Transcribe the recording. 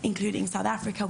כולל דרום אפריקה,